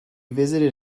visited